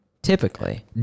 Typically